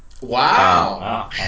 Wow